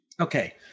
Okay